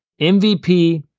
MVP